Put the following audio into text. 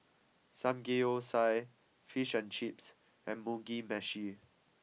Samgeyopsal Fish and Chips and Mugi Meshi